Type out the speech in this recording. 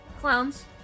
Clowns